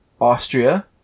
Austria